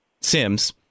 Sims